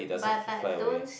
but but don't